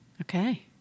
Okay